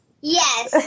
Yes